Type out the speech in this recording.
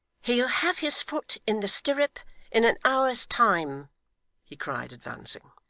he'll have his foot in the stirrup in an hour's time he cried, advancing.